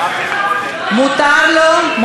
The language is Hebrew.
מותר לו.